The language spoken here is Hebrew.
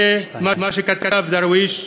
זה מה שכתב דרוויש.